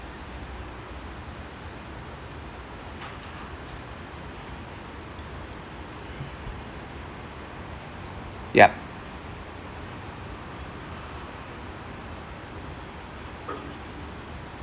yup